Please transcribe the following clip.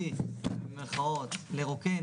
70 אחוזים הנחה על כל שירות ועכשיו הייתה אמורה להגיע הישועה,